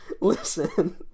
listen